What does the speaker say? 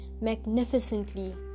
magnificently